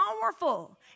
powerful